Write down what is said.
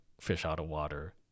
fish-out-of-water